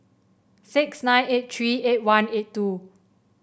six nine eight three eight one eight two